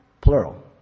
plural